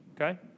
okay